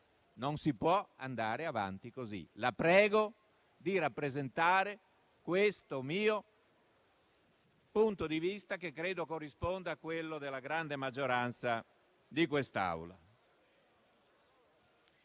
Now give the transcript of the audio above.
Non si può andare avanti così. La prego di rappresentare questo mio punto di vista, che credo corrisponda a quello della grande maggioranza di quest'Assemblea.